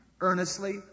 earnestly